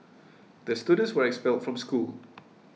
the students were expelled from school